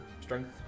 strength